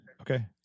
Okay